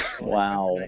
wow